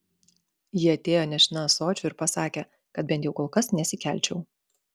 ji atėjo nešina ąsočiu ir pasakė kad bent jau kol kas nesikelčiau